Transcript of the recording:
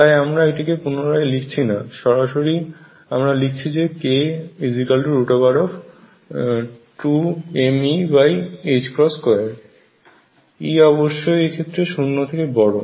তাই আমরা এটিকে পুনরায় লিখছি না সরাসরি আমরা লিখছি যে k√ E অবশ্যই এক্ষেত্রে শূন্য থেকে বড়